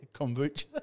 kombucha